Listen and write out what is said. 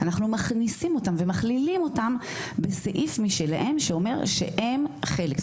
אנחנו מכניסים אותם ומכלילים אותם בסעיף משלהם שאומר שהם חלק,